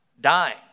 dying